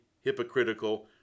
hypocritical